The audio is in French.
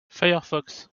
firefox